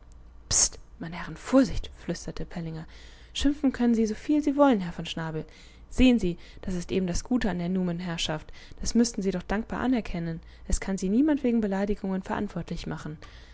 meine herren vorsicht flüsterte pellinger schimpfen können sie soviel sie wollen herr von schnabel sehen sie das ist eben das gute an der numenherrschaft das müßten sie doch dankbar anerkennen es kann sie niemand wegen beleidigungen verantwortlich machen